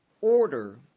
order